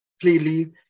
clearly